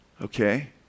Okay